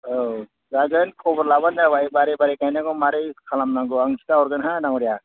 औ जागोन खबर लाब्लानो जाबाय मारै मारै गायनांगौ मारै खालामनांगौ आं खिथा हरगोन हा दाङ'रिया